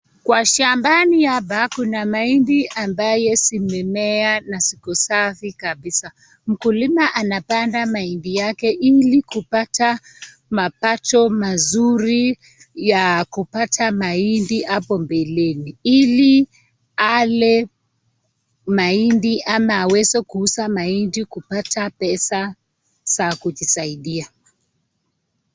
Kwa shambani hapa kuna mahindi ambayo imemea na ziko safi kabisa. Mkulima anapanda mahindi yake ili kupata mapato mazuri ya kupata mahindi hapo mbeleni ili ale mahindi ama aweze kuuza mahindi kupata pesa za kujisaidia.